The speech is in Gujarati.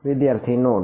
વિદ્યાર્થી નોડ